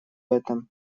этом